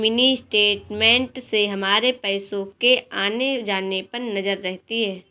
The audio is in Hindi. मिनी स्टेटमेंट से हमारे पैसो के आने जाने पर नजर रहती है